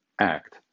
act